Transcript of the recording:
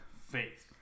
Faith